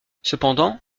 cependant